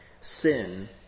Sin